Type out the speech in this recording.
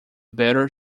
better